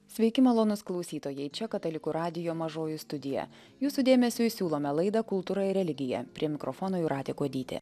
sveiki malonūs klausytojai čia katalikų radijo mažoji studija jūsų dėmesiui siūlome laidą kultūra ir religija prie mikrofono jūratė kuodytė